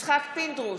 יצחק פינדרוס,